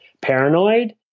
paranoid